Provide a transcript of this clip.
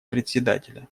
председателя